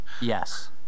Yes